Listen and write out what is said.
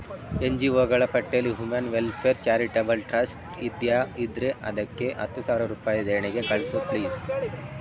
N G ಒಗಳ ಪಟ್ಟಿಲಿ human welfare charitable trust ಇದೆಯಾ ಇದ್ದರೆ ಅದಕ್ಕೆ ಹತ್ತು ಸಾವಿರ ರೂಪಾಯಿ ದೇಣಿಗೆ ಕಳಿಸು ಪ್ಲೀಸ್